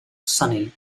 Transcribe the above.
sonny